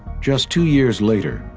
just two years later,